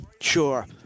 Sure